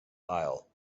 aisle